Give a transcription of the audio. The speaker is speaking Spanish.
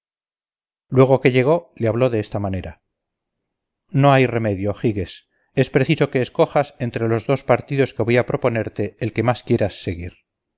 luego que llegó le habló de esta manera no hay remedio giges es preciso que escojas en los dos partidos que voy a proponerte el que más quieras seguir